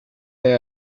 they